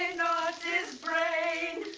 his brain